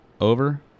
over